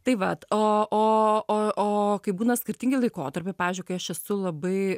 tai vat o o o o kai būna skirtingi laikotarpiai pavyzdžiui kai aš esu labai